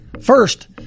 First